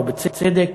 ובצדק.